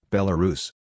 Belarus